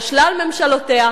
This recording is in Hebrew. על שלל ממשלותיה,